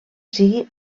sigui